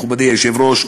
מכובדי היושב-ראש,